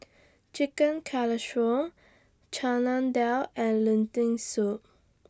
Chicken Casserole Chana Dal and Lentil Soup